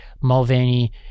Mulvaney